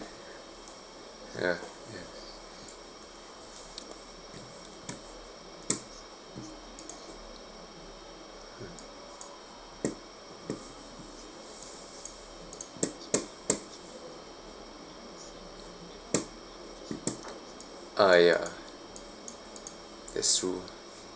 ya ah ya that's true